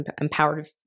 empowered